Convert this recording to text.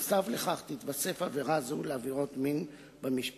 נוסף לכך, תתווסף עבירה זו לעבירות מין במשפחה